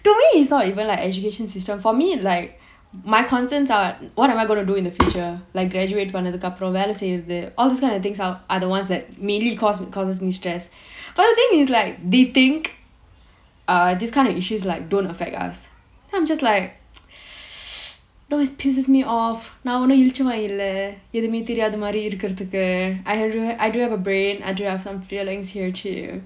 to me it's not even like education system for me like my concerns are what am I going to do in the future like graduate பண்ணதுக்கு அப்புறம் வேலை செய்றது:pannathukku appuram velai seirathu all this kind of things are are the ones that mainly because which causes me stress but the thing is like they think err this kind of issues like don't affect us then I'm just like no it pisses me off நான் ஒன்னும் இளிச்ச வாயி இல்ல எதுமே தெரியாத மாதிரி இருக்குறதுக்கு:naan onnum ilicha vaayi illa edhumae theriyaatha maathiri irukkurathukku I have I do have a brain I do have some feelings here too